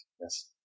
Yes